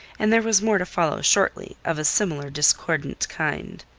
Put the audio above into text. and there was more to follow shortly of a similar discordant kind.